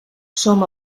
som